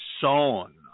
Son